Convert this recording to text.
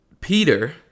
Peter